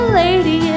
lady